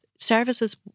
Services